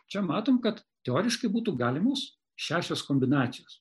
čia matom kad teoriškai būtų galimos šešios kombinacijos